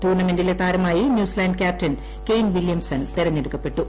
ടൂർണമെന്റിലെ താരമായി New Zealand captain Kane Williamson തിരഞ്ഞെടുക്കപ്പെട്ടു